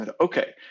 Okay